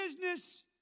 business